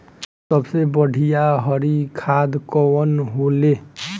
सबसे बढ़िया हरी खाद कवन होले?